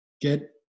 get